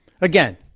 Again